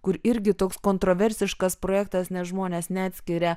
kur irgi toks kontroversiškas projektas nes žmonės neatskiria